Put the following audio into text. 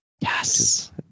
Yes